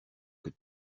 que